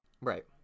Right